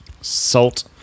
salt